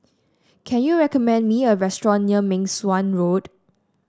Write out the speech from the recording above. can you recommend me a restaurant near Meng Suan Road